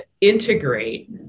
integrate